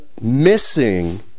missing